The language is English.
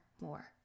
more